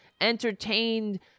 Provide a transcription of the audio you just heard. entertained